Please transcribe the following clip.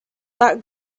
that